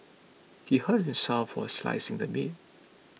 he hurt himself while slicing the meat